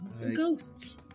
ghosts